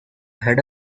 head